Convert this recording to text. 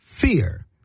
fear